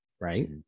Right